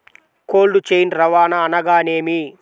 Cold chain రవాణా అనగా నేమి?